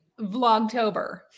Vlogtober